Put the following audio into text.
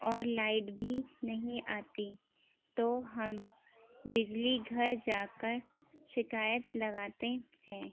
اور لائٹ بھی نہیں آتی تو ہم بجلی گھر جا کر شکایت لگاتے ہیں